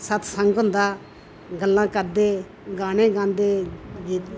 सतसंग होंदा गल्लां करदे गाने गांदे गीत